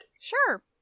Sure